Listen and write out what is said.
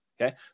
Okay